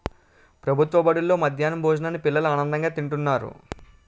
ప్రభుత్వ బడుల్లో మధ్యాహ్నం భోజనాన్ని పిల్లలు ఆనందంగా తింతన్నారు